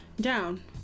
Down